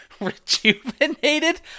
rejuvenated